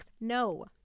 No